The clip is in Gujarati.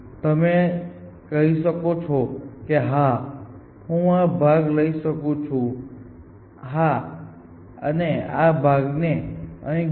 તમે કહી શકો છો કે હા હું આ ભાગ અહીં લઈ શકું છું અને આ ભાગને અહીં ગોઠવણી કરો